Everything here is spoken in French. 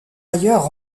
ailleurs